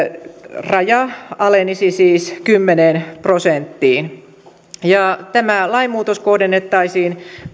raja alenisi siis kymmeneen prosenttiin tämä lainmuutos kohdennettaisiin